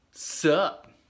Sup